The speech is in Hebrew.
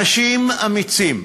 אנשים אמיצים,